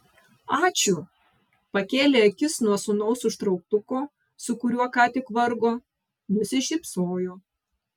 ačiū pakėlė akis nuo sūnaus užtrauktuko su kuriuo ką tik vargo nusišypsojo